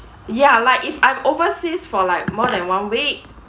ya like if I'm overseas for like more than one week